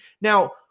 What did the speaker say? Now